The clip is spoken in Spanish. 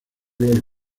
los